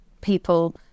people